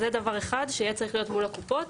זה דבר אחד שיהיה צריך להיות מול הקופות,